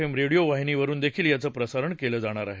M radio वाहिनीवरुन देखिल याचं प्रसारण केलं जाणार आहे